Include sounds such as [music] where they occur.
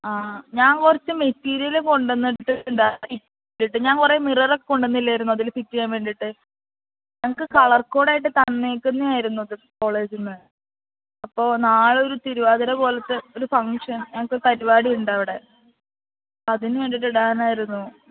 ആ ഞാൻ കുറച്ചു മെറ്റീരിയൽ കൊണ്ടുവന്നിട്ടുണ്ടായിരുന്നു [unintelligible] ഞാൻ കുറേ മിററൊക്കെ കൊണ്ടുവന്നില്ലായിരുന്നോ ഇതിൽ ഫിറ്റ് ചെയ്യാൻ വേണ്ടിയിട്ട് ഞങ്ങൾക്കു കളർ കോഡ് ആയിട്ടു തന്നേക്കുന്നെയായിരുന്നു അത് കോളേജിൽ നിന്ന് അപ്പോൾ നാളെയൊരു തിരുവാതിര പോലത്തെ ഒരു ഫങ്ക്ഷൻ പരിപാടിയുണ്ടായിരുന്നു അവിടെ അതിനുവേണ്ടി ഇടാനായിരുന്നു